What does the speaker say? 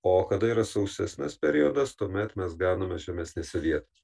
o kada yra sausesnis periodas tuomet mes ganome žemesnėse vietose